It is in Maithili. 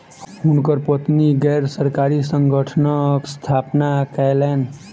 हुनकर पत्नी गैर सरकारी संगठनक स्थापना कयलैन